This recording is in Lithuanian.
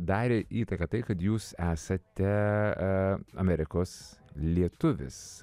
darė įtaką tai kad jūs esate amerikos lietuvis